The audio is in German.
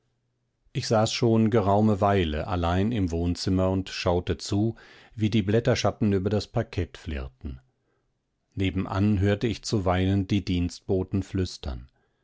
ich saß schon geraume weile allein im wohnzimmer und schaute zu wie die blätterschatten über das parkett flirrten nebenan hörte ich zuweilen die dienstboten flüstern